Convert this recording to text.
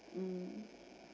mm